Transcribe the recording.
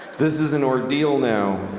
this is an ordeal now.